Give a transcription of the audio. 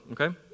okay